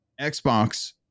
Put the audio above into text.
xbox